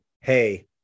Hey